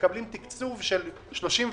מקבלים תקצוב של 31%,